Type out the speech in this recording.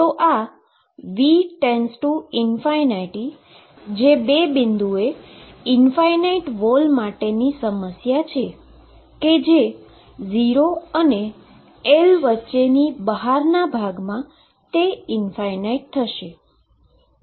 તો આ V→∞ જેટલી બે બિંદુએ ઈનફાઈનાઈટ વોલ માટેની સમસ્યા કે જે 0 અને L વચ્ચેના બહારના ભાગમા તે ઈનફાઈનાઈટ થશે